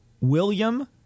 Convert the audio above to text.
William